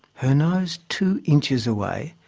her nose two inches away,